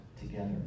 together